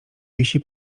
wisi